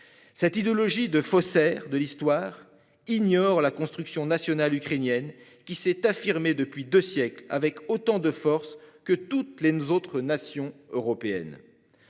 Cette idéologie de faussaires de l'histoire, ignore la construction nationale ukrainienne, qui s'est affirmée depuis 2 siècles avec autant de force que toutes les autres nations européennes.